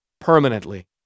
permanently